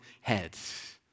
heads